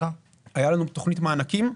היה לנו תוכנית מענקים.